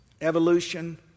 Evolution